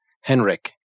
Henrik